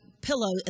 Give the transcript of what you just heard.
pillow